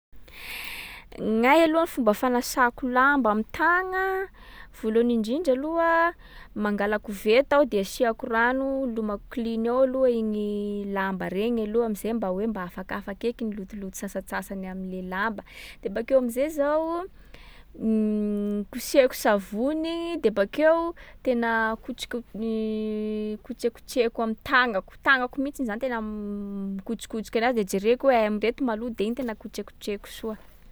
Gnahy aloha fomba fanasako lamba amy tagna: voalohany indrindra aloha, mangala koveta aho de asiàko rano, lomako klin ao loha igny lamba regny aloha am’zay mba hoe mba afakafaky eky ny lotoloto sasatsasany am’le lamba. De bakeo am’zay zaho, kosehako savony de bakeo tena akotsik- kotsekotsehiko am’tagnako- tagnako mihitsiny zany tena mikotsikotsiky anazy de jereko hoe aia am’reto maloto de iny tena kotsekotsehiko soa.